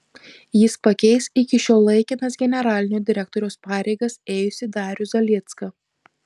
jis pakeis iki šiol laikinas generalinio direktoriaus pareigas ėjusį darių zaliecką